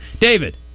David